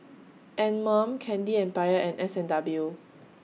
Anmum Candy Empire and S and W